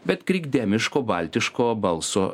bet krikdemiško baltiško balso